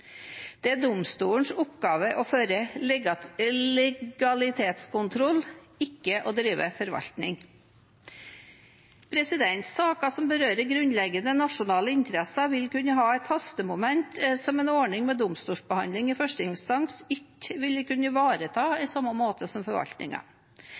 Det er domstolenes oppgave å føre legalitetskontroll, ikke å drive forvaltning. Saker som berører grunnleggende nasjonale interesser, vil kunne ha et hastemoment som en ordning med domstolsbehandling i første instans ikke vil kunne ivareta